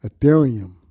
Ethereum